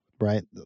right